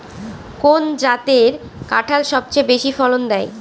কোন জাতের কাঁঠাল সবচেয়ে বেশি ফলন দেয়?